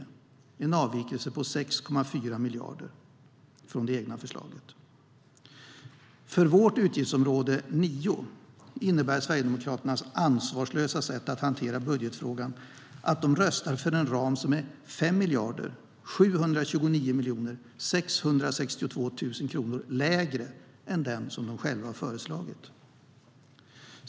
Det är en avvikelse på 6,4 miljarder från det egna förslaget. För vårt utgiftsområde 9 innebär Sverigedemokraternas ansvarslösa sätt att hantera budgetfrågan att de röstar för en ram som är 5 729 662 000 kronor lägre än den de själva har föreslagit.